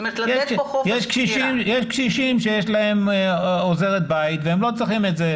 יש קשישים שיש להם עוזרת בית והם לא צריכים את זה,